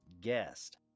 guest